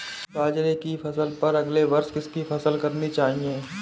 बाजरे की फसल पर अगले वर्ष किसकी फसल करनी चाहिए?